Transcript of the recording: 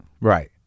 Right